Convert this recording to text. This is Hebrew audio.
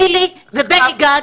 חילי ובני גנץ,